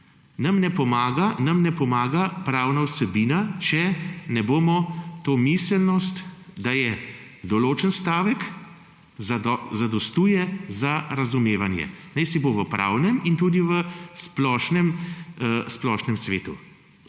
Nam ne pomaga pravna vsebina, če ne bomo sprejeli, da določen stavek zadostuje za razumevanje, najsibo v pravnem in tudi v splošnem svetu.